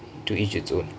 to each it's own